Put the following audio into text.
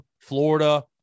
Florida